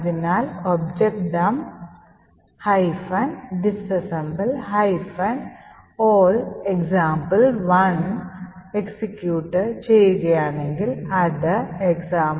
അതിനാൽ objdump -disassemble all example1 execute ചെയ്യുകയാണെങ്കിൽ അത് example1